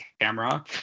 camera